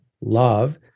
love